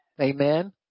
Amen